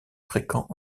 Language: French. fréquent